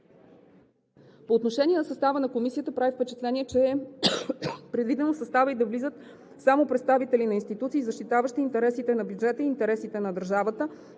По отношение на състава на комисията прави впечатление, че е предвидено в състава ѝ да влизат само представители на институции, защитаващи интересите на бюджета и интересите на държавата.